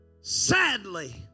Sadly